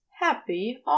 happy